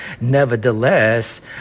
nevertheless